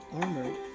armored